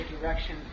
direction